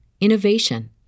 innovation